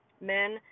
Men